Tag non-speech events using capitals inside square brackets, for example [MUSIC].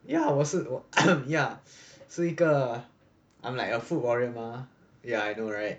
yeah 我是 ya [COUGHS] ya 是一个 I'm like a food warrior mah ya I know right